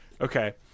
Okay